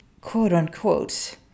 quote-unquote